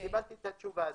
וקיבלתי את התשובה הזאת.